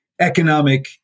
Economic